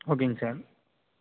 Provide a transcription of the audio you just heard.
ஓகேங்க சார்